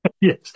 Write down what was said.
yes